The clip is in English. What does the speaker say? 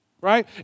right